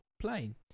plane